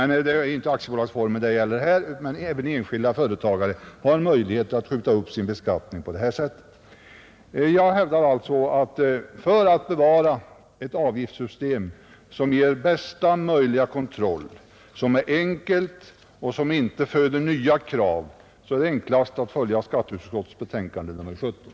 Nu är det inte aktiebolagsformen det gäller här, men även enskilda företagare har möjlighet att skjuta upp sin beskattning på detta sätt. Jag hävdar alltså att om man vill bevara ett avgiftssystem som ger bästa möjliga kontroll, som är enkelt och som inte föder nya krav, skall man följa skatteutskottets betänkande nr 17.